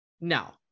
Now